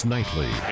Nightly